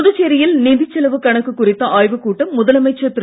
புதுச்சேரியில் நிதிச் செலவு கணக்கு குறித்த ஆய்வுக்கூட்டம் முதலமைச்சர் திரு